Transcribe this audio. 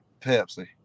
Pepsi